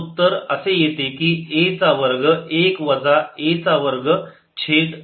तर उत्तर असे येते की a चा वर्ग 1 वजा a चा वर्ग छेद 3